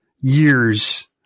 years